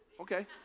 okay